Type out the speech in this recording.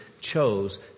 chose